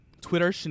Twitter